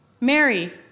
Mary